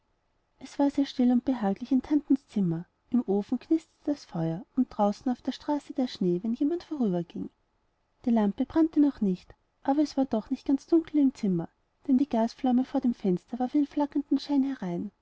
es war sehr still und behaglich in tantens zimmer im ofen knisterte das feuer und draußen auf der straße der schnee wenn jemand vorüberging die lampe brannte noch nicht aber es war doch nicht ganz dunkel im zimmer denn die gasflamme vor dem fenster warf ihren flackernden schein herein